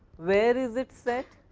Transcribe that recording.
where is it set,